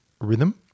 rhythm